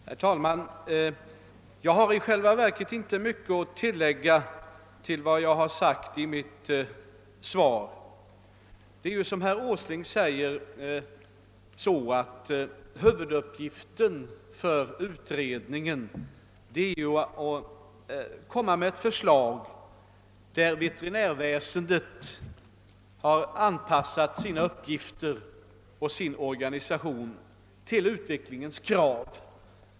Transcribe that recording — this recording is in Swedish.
Herr talman! Jag har i själva verket inte mycket att tillägga till vad jag har sagt i mitt svar. Det är som herr Åsling säger, att huvuduppgiften för utredningen är att komma med ett förslag där veterinärväsendets uppgifter och organisation har anpassats till utvecklingens krav.